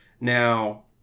Now